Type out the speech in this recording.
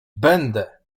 będę